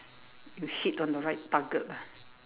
you hit on the right target ah